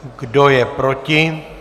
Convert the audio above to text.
Kdo je proti?